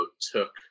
took